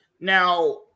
Now